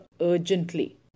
urgently